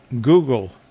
Google